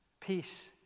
Peace